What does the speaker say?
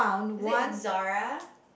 is it Ixora